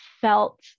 felt